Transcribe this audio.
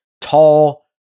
tall